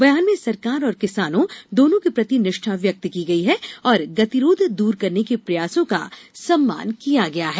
बयान में सरकार और किसानों दोनों के प्रति निष्ठा व्यक्त की गई है और गतिरोध दूर करने के प्रयासों का सम्मान किया गया है